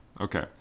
okay